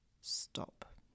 stop